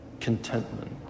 Contentment